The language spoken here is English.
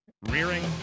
rearing